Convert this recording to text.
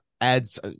adds